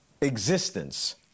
existence